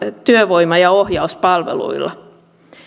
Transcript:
työvoima ja ohjauspalveluilla